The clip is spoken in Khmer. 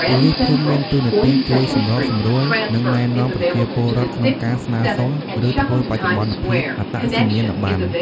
ប៉ូលីសភូមិមានតួនាទី ជួយសម្របសម្រួល និងណែនាំប្រជាពលរដ្ឋក្នុងការស្នើសុំ ឬធ្វើបច្ចុប្បន្នភាពអត្តសញ្ញាណប័ណ្ណ។